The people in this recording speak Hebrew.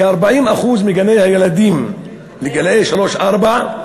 כ-40% מגני-הילדים לגילאי שלוש-ארבע,